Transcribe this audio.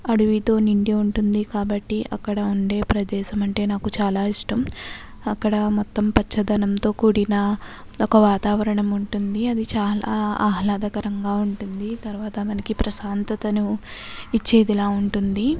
అడవితో నిండి ఉంటుంది కాబట్టి అక్కడ ఉండే ప్రదేశం అంటే నాకు చాలా ఇష్టం అక్కడ మొత్తం పచ్చదనంతో కూడిన ఒక వాతావరణం ఉంటుంది అది చాలా ఆహ్లాదకరంగా ఉంటుంది తర్వాత మనకి ప్రశాంతతను ఇచ్చేదిలా ఉంటుంది